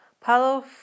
Paulo